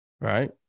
Right